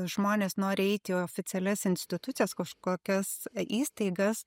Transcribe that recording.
žmonės nori eiti į oficialias institucijas kažkokias įstaigas